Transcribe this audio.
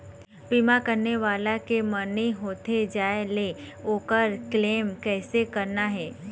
बीमा करने वाला के मरनी होथे जाय ले, ओकर क्लेम कैसे करना हे?